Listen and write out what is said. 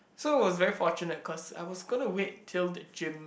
so I was very fortunate cause I was gonna wait till the gym